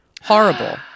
Horrible